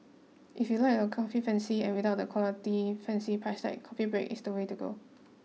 if you like your coffee fancy and without the equally fancy price tag Coffee Break is the place to go